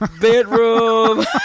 bedroom